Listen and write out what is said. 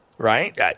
Right